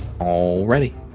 already